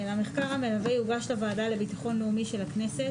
המחקר המלווה יוגש לוועדה לביטחון לאומי של הכנסת